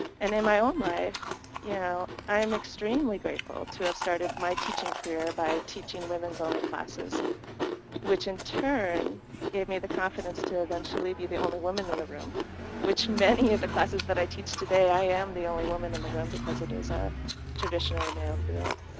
and in my own life yeah i'm extremely grateful to have started my teaching career by teaching women's only classes which in turn gave me the confidence to eventually be the only woman in the room which many of the classes that i teach today i am the only woman in the room because it is a traditionally male field.